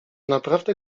naprawdę